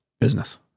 business